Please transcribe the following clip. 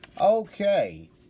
Okay